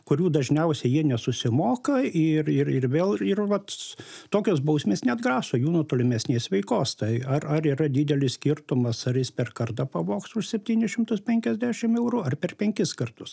kurių dažniausiai jie nesusimoka ir ir ir vėl ir vat tokios bausmės neatgraso jų nuo tolimesnės veikos tai ar ar yra didelis skirtumas ar jis per kartą pavogs už septynis šimtus penkiasdešim eurų ar per penkis kartus